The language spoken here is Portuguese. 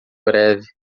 breve